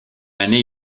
année